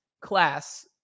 class